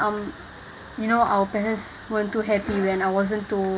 um you know our parents weren't too happy when I wasn't too